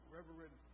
Reverend